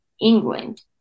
England